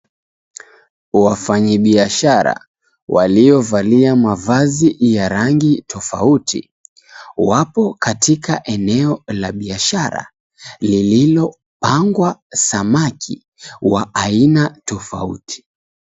Wafanyi biashara waliovalia mavazi ya rangi tofauti, wapo katika eneo la bisahara lililopangwa samaki wa aina tofauti.